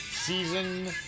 Season